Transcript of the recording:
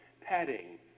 padding